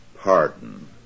pardon